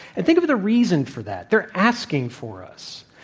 and think of the reason for that. they're asking for us.